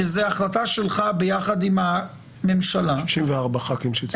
כי זו החלטה שלך ביחד עם הממשלה --- 64 חברי כנסת שהצביעו.